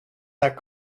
that